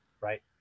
Right